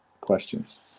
questions